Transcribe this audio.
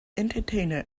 entertainer